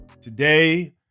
Today